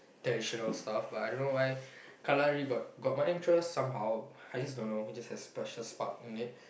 traditional stuff but I don't know why kalari got got my interest somehow I just don't know it just had special spark in me